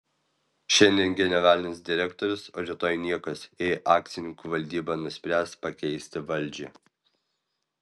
šiandien generalinis direktorius o rytoj niekas jei akcininkų valdyba nuspręs pakeisti valdžią